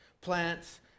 plants